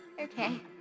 okay